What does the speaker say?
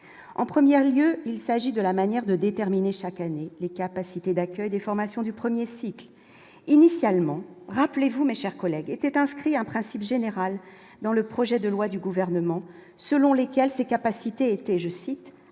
en 1er lieu : il s'agit de la manière de déterminer chaque année, les capacités d'accueil des formations du 1er cycle initialement, rappelez-vous, mais chers collègues était inscrit un principe général dans le projet de loi du gouvernement selon lesquelles ses capacités était, je cite,